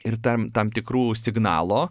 ir tam tam tikrų signalo